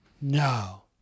No